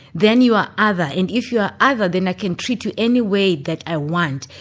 then you are other, and if you are other then i can treat you anyway that i want.